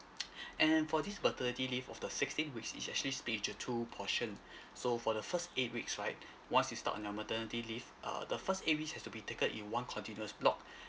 and for this maternity leave of the sixteen weeks is actually split into two portion so for the first eight weeks right once you start on your maternity leave err the first eight weeks has to be taken in one continuous block